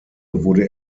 wurde